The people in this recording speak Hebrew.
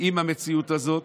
עם המציאות הזאת,